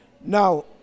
Now